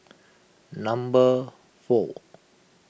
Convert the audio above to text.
number four